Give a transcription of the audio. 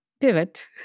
pivot